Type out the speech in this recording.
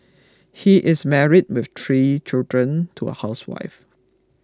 he is married with three children to a housewife